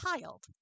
child